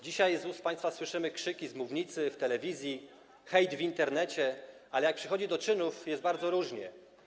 Dzisiaj z ust państwa słyszymy krzyki z mównicy, w telewizji, widzimy hejt w Internecie, ale jak przychodzi do czynów, jest bardzo różnie.